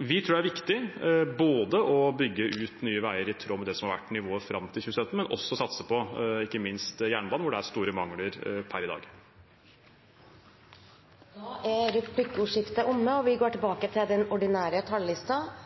Vi tror det er viktig å bygge ut nye veier i tråd med det som har vært nivået fram til 2017, og ikke minst satse på jernbane, hvor det er store mangler per i dag. Replikkordskiftet er omme. La meg først få lov å si at forhandlingene om neste års statsbudsjett mellom Høyre, Fremskrittspartiet, Kristelig Folkeparti og